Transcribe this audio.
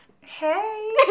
Hey